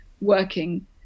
working